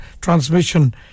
transmission